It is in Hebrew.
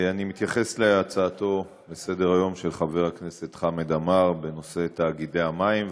אני מתייחס להצעתו לסדר-היום של חבר הכנסת חמד עמאר בנושא תאגידי המים,